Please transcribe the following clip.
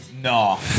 No